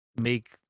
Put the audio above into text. make